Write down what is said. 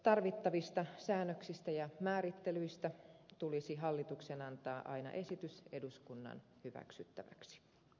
tarvittavista säännöksistä ja määrittelyistä tulisi hallituksen antaa aina esitys eduskunnan hyväksyttäväksi